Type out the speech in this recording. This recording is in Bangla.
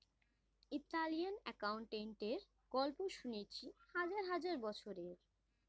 ইতালিয়ান অ্যাকাউন্টেন্টের গল্প শুনেছি হাজার হাজার বছরের